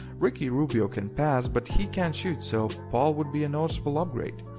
ricky rubio can pass but he can't shoot so paul would be a noticeable upgrade,